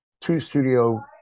two-studio